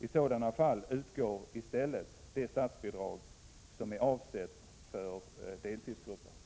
I sådana fall utgår i stället det statsbidrag som är avsett för deltidsgrupper.